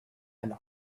and